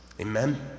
Amen